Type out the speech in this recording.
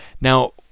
Now